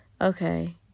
Okay